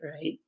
right